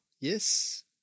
Yes